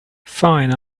fine